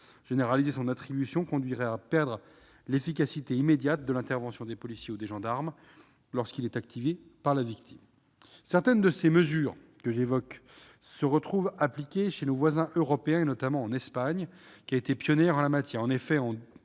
Généraliser son attribution conduirait à perdre l'efficacité immédiate de l'intervention des policiers ou des gendarmes lorsqu'il est activé par la victime. Certaines des mesures que je viens d'évoquer sont appliquées chez nos voisins européens, notamment en Espagne, qui a été pionnière sur ce